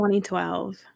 2012